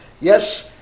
Yes